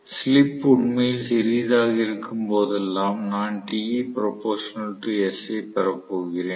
slip உண்மையில் சிறியதாக இருக்கும் போதெல்லாம் நான் ஐ பெறப் போகிறேன்